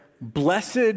Blessed